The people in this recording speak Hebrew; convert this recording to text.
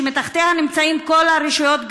שמתחתיה נמצאות כל הרשויות,